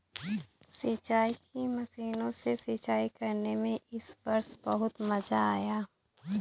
सिंचाई की मशीनों से सिंचाई करने में इस वर्ष बहुत मजा आया